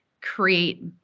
create